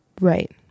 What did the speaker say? Right